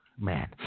man